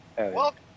Welcome